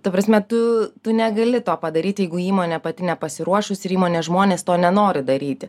ta prasme tu tu negali to padaryti jeigu įmonė pati nepasiruošusi ir įmonės žmonės to nenori daryti